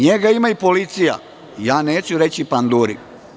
Njega ima i policija, neću reći panduri.